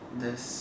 there's